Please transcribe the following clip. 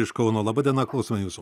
iš kauno laba diena klausom jūsų